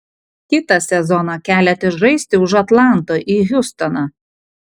kitą sezoną keliatės žaisti už atlanto į hjustoną